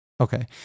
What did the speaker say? Okay